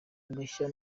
agashya